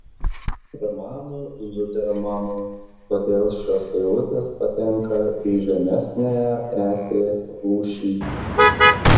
hermanu zudermanu todėl šios eilutės patenka į žemesniąją esė rūšį